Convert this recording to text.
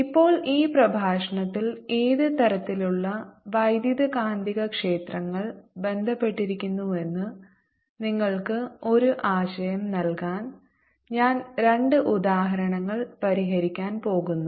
ഇപ്പോൾ ഈ പ്രഭാഷണത്തിൽ ഏത് തരത്തിലുള്ള വൈദ്യുതകാന്തികക്ഷേത്രങ്ങൾ ബന്ധപ്പെട്ടിരിക്കുന്നുവെന്ന് നിങ്ങൾക്ക് ഒരു ആശയം നൽകാൻ ഞാൻ 2 ഉദാഹരണങ്ങൾ പരിഹരിക്കാൻ പോകുന്നു